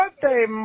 birthday